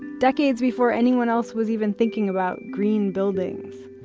decades before anyone else was even thinking about green buildings.